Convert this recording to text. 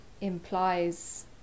implies